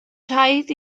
raid